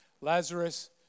Lazarus